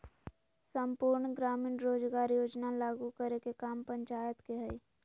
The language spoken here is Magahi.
सम्पूर्ण ग्रामीण रोजगार योजना लागू करे के काम पंचायत के हय